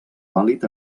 vàlid